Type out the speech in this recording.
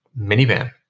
minivan